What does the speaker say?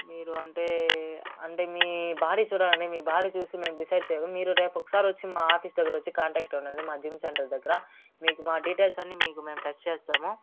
మీరు అంటే అంటే మీ బాడీ చూడాలండి మీ బాడీ చూసి మేము డిసైడ్ చేయాలి మీరు రేపు ఒకేసారి వచ్చి మా ఆఫీస్ దగ్గర వచ్చి కాంటాక్ట్ అవ్వండి మా జిమ్ సెంటర్ దగ్గర మీకు మా డీటెయిల్స్ అన్ని మీకు మేము టెక్స్ట్ చేస్తాము